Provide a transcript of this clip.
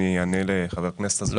אני רוצה לענות לחבר הכנסת אזולאי.